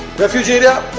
refuge area